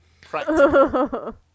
practical